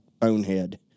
bonehead